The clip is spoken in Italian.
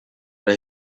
alla